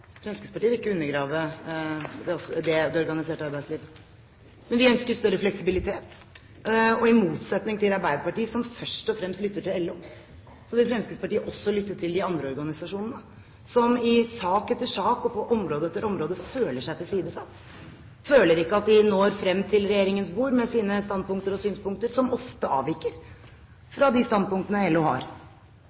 Fremskrittspartiet vil ikke undergrave det organiserte arbeidslivet, men vi ønsker større fleksibilitet, og i motsetning til Arbeiderpartiet, som først og fremst lytter til LO, vil Fremskrittspartiet også lytte til de andre organisasjonene, som i sak etter sak og på område etter område føler seg tilsidesatt. De føler ikke at de når frem til regjeringens bord med sine standpunkter og synspunkter, som ofte avviker fra de standpunktene LO har.